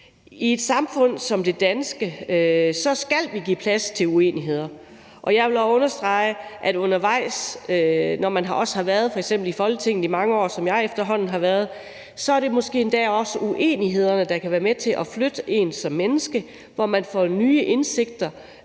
I et samfund som det danske skal vi give plads til uenigheder, og jeg vil også understrege, at det undervejs, når man f.eks. har været i Folketinget i mange år, som jeg efterhånden har været, måske endda også er uenighederne, der kan være med til at flytte en som menneske, ved at man får nye indsigter